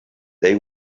they